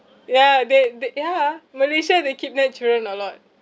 ya they they ya malaysia they kidnap children a lot